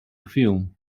film